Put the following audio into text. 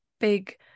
big